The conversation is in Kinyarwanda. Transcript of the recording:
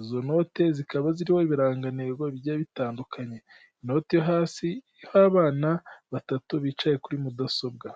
izo note zikaba ziriho ibirangantego bigiye bitandukanye, inoti yo hasi iriho abana batatu bicaye kuri mudasobwa.